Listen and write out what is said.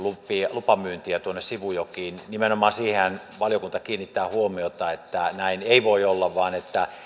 lupamyyntiä sivujokiin nimenomaan siihenhän valiokunta kiinnittää huomiota että näin ei voi olla vaan että